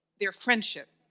their friendship.